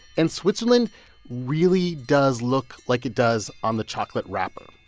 and switzerland really does look like it does on the chocolate wrapper.